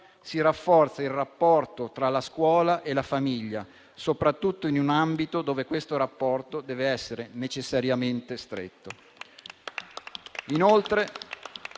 si rafforza il rapporto tra la scuola e la famiglia, soprattutto in un ambito dove questo rapporto deve essere necessariamente stretto.